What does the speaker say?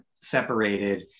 separated